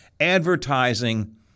Advertising